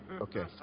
Okay